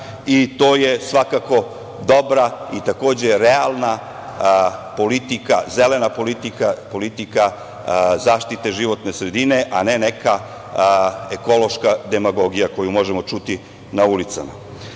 i to je svakako dobra i takođe realna zelena politika, politika zaštite životne sredine, a ne neka ekološka demagogija koju možemo čuti na ulicama. Što